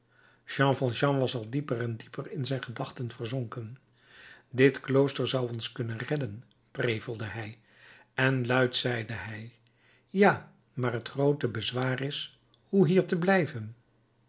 jean valjean was al dieper en dieper in zijn gedachten verzonken dit klooster zou ons kunnen redden prevelde hij en luid zeide hij ja maar het groote bezwaar is hoe hier te blijven